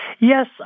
Yes